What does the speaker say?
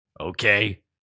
okay